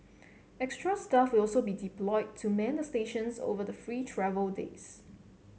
extra staff will also be deployed to man the stations over the free travel days